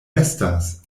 estas